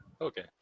Okay